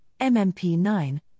MMP9